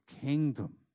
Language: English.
kingdom